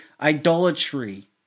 idolatry